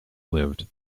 lived